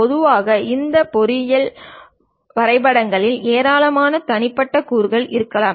பொதுவாக இந்த பொறியியல் வரைபடங்களில் ஏராளமான தனிப்பட்ட கூறுகள் இருக்கலாம்